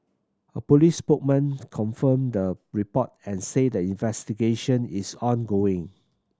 a police spokesman confirmed the report and said the investigation is ongoing